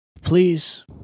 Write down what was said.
please